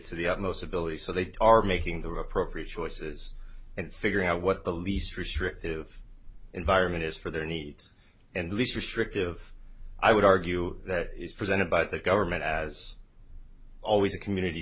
utmost ability so they are making the right program choices and figuring out what the least restrictive environment is for their needs and least restrictive i would argue that is presented by the government as always a community